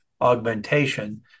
augmentation